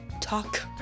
talk